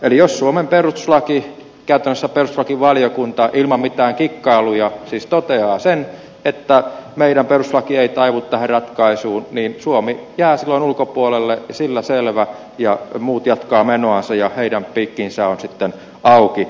eli jos käytännössä suomen perustuslakivaliokunta ilman mitään kikkailuja siis toteaa sen että meidän perustuslaki ei taivu tähän ratkaisuun niin suomi jää silloin ulkopuolelle ja sillä selvä ja muut jatkavat menoansa ja heidän piikkinsä on sitten auki